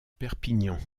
perpignan